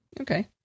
Okay